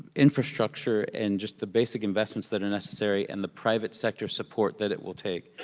infrastructure and just the basic investments that are necessary and the private sector support that it will take.